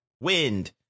wind